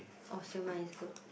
oh siew-mai is good